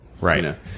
right